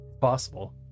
Possible